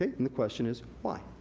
and the question is why?